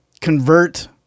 convert